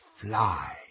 fly